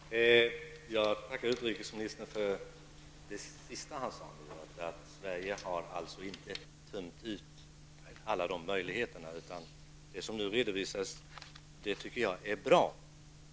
Herr talman! Jag tackar utrikesministern för det sista han sade, nämligen att Sverige inte har tömt ut alla möjligheter. Det som nu redovisades tycker jag är bra.